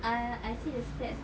uh I see the steps